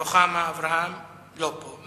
רוחמה אברהם, לא פה.